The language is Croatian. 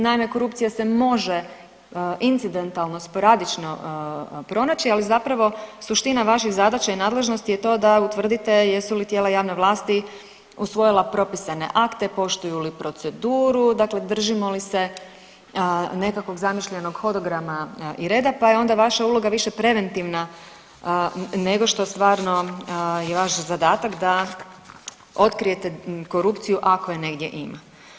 Naime, korupcija se može incidentalno sporadično pronaći, ali zapravo suština vaših zadaća i nadležnosti je to da utvrdite jesu li tijela javne vlasti usvojila propisane akte, poštuju li proceduru, dakle držimo li se nekakvog zamišljenog hodograma i reda pa je onda vaša uloga više preventivna nego što stvarno je vaš zadatak da otkrijete korupciju ako je negdje ima.